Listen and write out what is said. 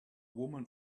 woman